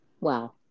wow